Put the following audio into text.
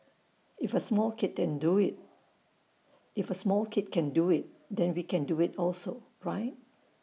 if A small kid can do IT then we can do IT also right